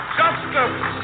justice